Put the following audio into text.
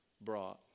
brought